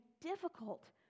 difficult